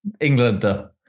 Englander